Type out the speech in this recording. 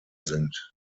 sind